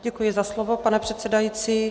Děkuji za slovo, pane předsedající.